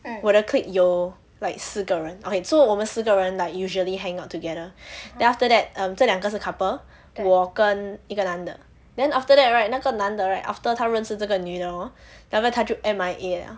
我的 clique 有 like 四个人 okay so 我们四个人 like usually hang out together then after that um 这两个是 couple 我跟一个男的 then after that right 那个男的 right after 他认识这个女的 hor then after that 他就 M_I_A 了